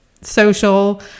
social